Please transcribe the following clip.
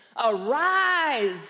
Arise